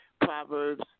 Proverbs